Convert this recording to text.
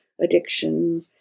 addiction